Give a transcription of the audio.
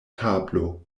tablo